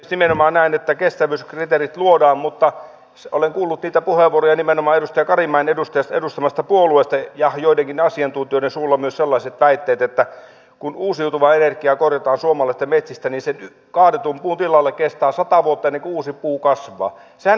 nimenomaan näin että kestävyyskriteerit luodaan mutta olen kuullut niitä puheenvuoroja nimenomaan edustaja karimäen edustamasta puolueesta ja joidenkin asiantuntijoiden suusta myös sellaisia väitteitä että kun uusiutuvaa energiaa korjataan suomalaisista metsistä niin kestää sata vuotta ennen kuin uusi puu kasvaa sen kaadetun puun tilalle